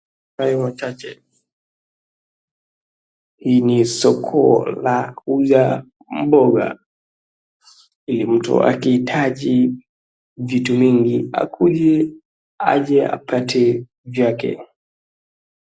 Hii ni soko ya kuuza mboga, ili mtu akiitaji vitu mingi akuje aje apate vyake.